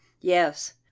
yes